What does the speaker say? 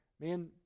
man